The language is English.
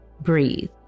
breathe